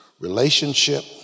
relationship